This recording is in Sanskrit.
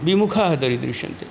विमुखाः दरीदृश्यन्ते